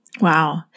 Wow